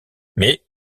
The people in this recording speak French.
mais